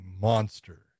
monster